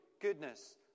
goodness